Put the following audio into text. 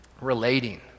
relating